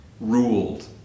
ruled